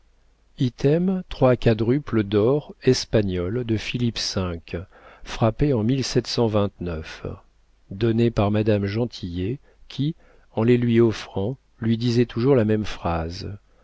item trois quadruples d'or espagnols de philippe v frappés en donné par madame gentillet qui en les lui offrant lui disait toujours la même phrase